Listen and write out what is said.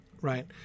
right